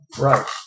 Right